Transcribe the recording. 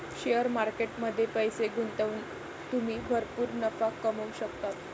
share market मध्ये पैसे गुंतवून तुम्ही भरपूर नफा कमवू शकता